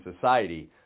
society